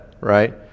right